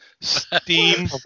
Steam